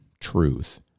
truth